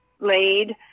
laid